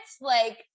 Like-